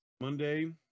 Monday